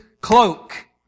cloak